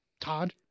Todd